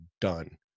done